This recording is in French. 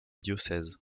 diocèses